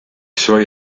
suoi